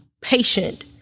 patient